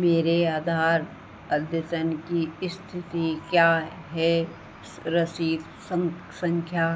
मेरे आधार अद्यतन की इस्थिति क्या है रसीद सँख्या